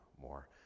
more